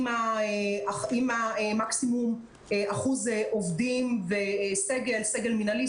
עם מקסימום אחוז עובדים וסגל מינהלי,